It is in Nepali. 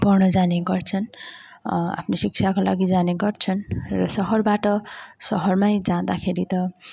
पढ्न जाने गर्छन् आफ्नो शिक्षाको लागि जाने गर्छन् र सहरबाट सहरमै जाँदाखेरि त